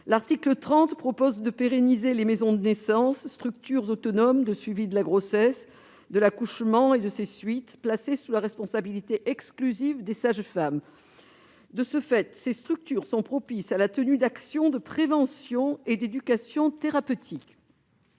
L'article 30 prévoit de pérenniser les maisons de naissance, structures autonomes de suivi de la grossesse, de l'accouchement et de ses suites, placées sous la responsabilité exclusive des sages-femmes, propices à la tenue d'actions de prévention et d'éducation thérapeutique.